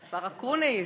השר אקוניס.